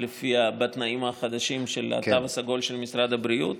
בתנאים החדשים של התו הסגול של משרד הבריאות.